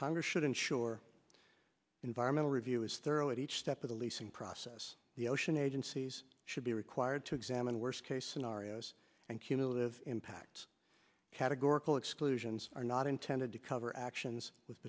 congress should ensure environmental review is thorough at each step of the leasing process the ocean agencies should be required to examine worst case scenarios and cumulative impact categorical exclusions are not intended to cover actions with